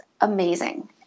amazing